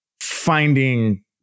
finding